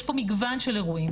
יש פה מגוון של אירועים.